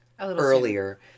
earlier